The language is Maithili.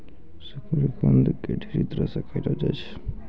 शकरकंद के ढेरी तरह से खयलो जाय छै